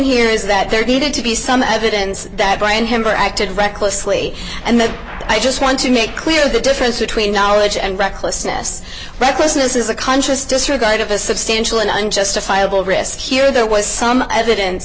is that there needed to be some evidence that brian him or acted recklessly and that i just want to make clear the difference between knowledge and recklessness recklessness is a conscious disregard of a substantial and unjustifiable risk here there was some evidence